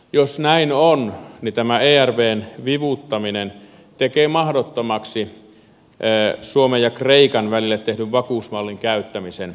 jos näin on niin tämä ervvn vivuttaminen tekee mahdottomaksi suomen ja kreikan välille tehdyn vakuusmallin käyttämisen jatkossa